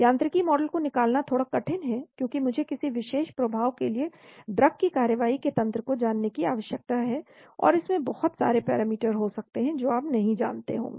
यांत्रिकी मॉडल को निकालना थोड़ा कठिन हैं क्योंकि मुझे किसी विशेष प्रभाव के लिए ड्रग की कार्रवाई के तंत्र को जानने की आवश्यकता है और इसमें बहुत सारे पैरामीटर हो सकते हैं जो आप नहीं जानते होंगे